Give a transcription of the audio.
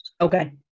Okay